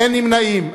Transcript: אין נמנעים.